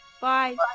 Bye